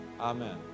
Amen